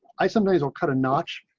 i sometimes will cut a notch.